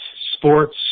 sports